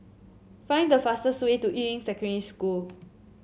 find the fastest way to Yuying Secondary School